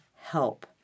help